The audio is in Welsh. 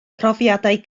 profiadau